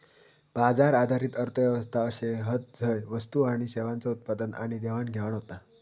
बाजार आधारित अर्थ व्यवस्था अशे हत झय वस्तू आणि सेवांचा उत्पादन आणि देवाणघेवाण होता